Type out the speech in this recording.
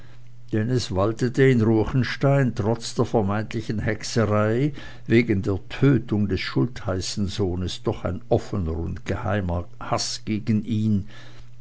denn es waltete in ruechenstein trotz der vermeintlichen hexerei wegen der tötung des schultheißensohnes doch ein offener und geheimer haß gegen ihn